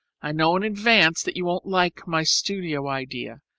i know in advance that you won't like my studio idea.